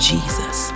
Jesus